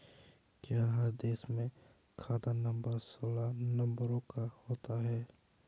क्या हर देश में खाता नंबर सोलह नंबरों का होता है?